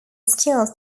skills